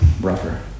rougher